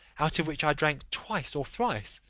out of which i drank twice or thrice,